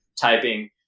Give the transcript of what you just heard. typing